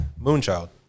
Moonchild